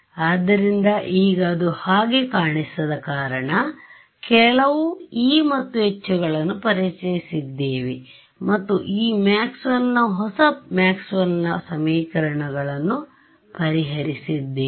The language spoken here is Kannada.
ಆದ್ದರಿಂದ ಈಗ ಅದು ಹಾಗೆ ಕಾಣಿಸದ ಕಾರಣ ಕೆಲವು e ಮತ್ತು h ಗಳನ್ನು ಪರಿಚಯಿಸಿದ್ದೇವೆ ಮತ್ತು ಈ ಮ್ಯಾಕ್ಸ್ವೆಲ್ನ ಹೊಸ ಮ್ಯಾಕ್ಸ್ವೆಲ್ನ ಸಮೀಕರಣಗಳನ್ನುMaxwell's new Maxwell's equations ಪರಿಹರಿಸಿದ್ದೇವೆ